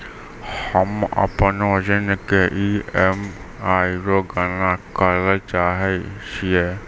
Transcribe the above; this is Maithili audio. हम्म अपनो ऋण के ई.एम.आई रो गणना करैलै चाहै छियै